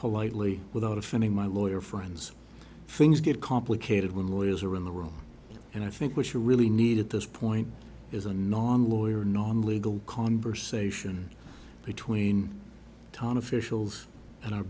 politely without offending my lawyer friends things get complicated when lawyers are in the world and i think what you really need at this point is a non lawyer non legal conversation between town officials and our